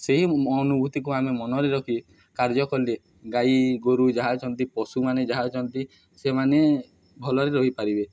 ସେହି ଅନୁଭୂତିକୁ ଆମେ ମନରେ ରଖି କାର୍ଯ୍ୟ କଲେ ଗାଈ ଗୋରୁ ଯାହା ଅଛନ୍ତି ପଶୁମାନେ ଯାହା ଅଛନ୍ତି ସେମାନେ ଭଲରେ ରହିପାରିବେ